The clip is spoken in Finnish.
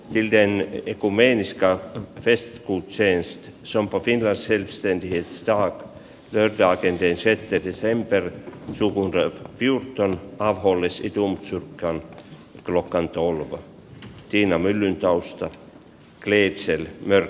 wilden ekumeeniska frist kun seistä sompapintaisen stein vitsistä ak löytää kenties se teki sen perheen suvun räppiutta olisi tuonut pyydän todellakin että nämä tilaisuudet ja neuvottelut siirretään salin ulkopuolelle